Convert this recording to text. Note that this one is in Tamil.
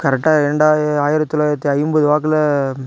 கரெக்டாக இரண்டா ஆயிரத்தி தொள்ளாயிரத்தி ஐம்பது வாக்கில்